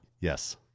Yes